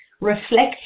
reflect